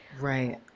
Right